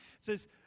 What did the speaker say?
says